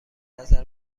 نظر